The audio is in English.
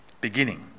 Beginning